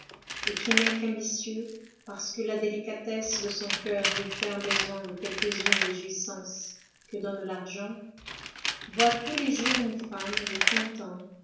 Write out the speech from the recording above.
et qui n'est qu'ambitieux parce que la délicatesse de son coeur lui fait un besoin de quelques-unes des jouissances que donne l'argent voit tous les jours une femme de trente ans